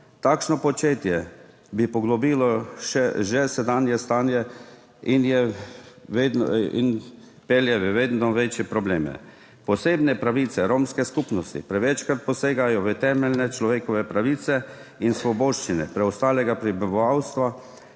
Takšno početje bi še poglobilo sedanje stanje in pelje v vedno večje probleme. Posebne pravice romske skupnosti prevečkrat posegajo v temeljne človekove pravice in svoboščine preostalega prebivalstva,